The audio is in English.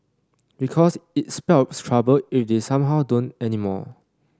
because it spell trouble if they somehow don't anymore